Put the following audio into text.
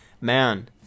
Man